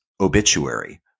obituary